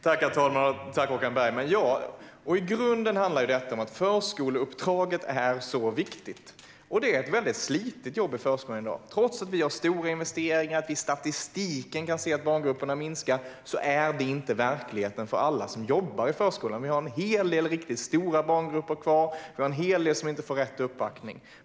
Herr talman! Tack, Håkan Bergman! I grunden handlar det om att förskoleuppdraget är så viktigt. Det är ett slitigt jobb i förskolan i dag. Trots att vi gör stora investeringar och att vi i statistiken kan se att barngrupperna minskar är det inte verkligheten för alla som jobbar i förskolan. Vi har en hel del riktigt stora barngrupper kvar, och vi har en hel del som inte får rätt uppbackning.